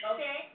Okay